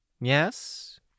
Yes